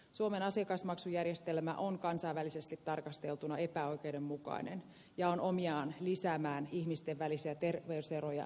suomen asiakasmaksujärjestelmä on kansainvälisesti tarkasteltuna epäoikeudenmukainen ja on omiaan lisäämään ihmisten välisiä terveyseroja